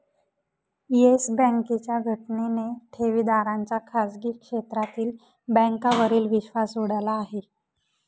yes बँकेच्या घटनेने ठेवीदारांचा खाजगी क्षेत्रातील बँकांवरील विश्वास उडाला आहे